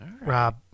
Rob